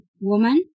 woman